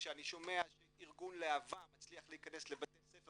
כשאני שומע שארגון "להבה" מצליח להכנס לבתי ספר